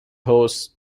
hosts